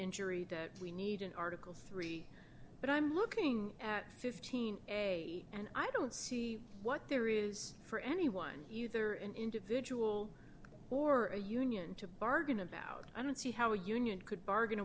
injury that we need an article three but i'm looking at fifteen a and i don't see what there is for anyone either an individual or a union to bargain about i don't see how a union could bargain